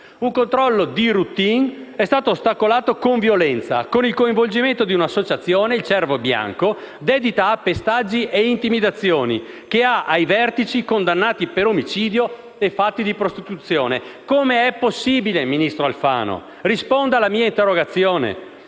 Un controllo di *routine* è stato ostacolato con violenza, con il coinvolgimento di una associazione, il Cervo bianco, dedita a pestaggi e intimidazioni, che ha ai vertici condannati per omicidio e fatti di prostituzione. Come è possibile, ministro Alfano? Risponda alla mia interrogazione.